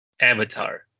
avatar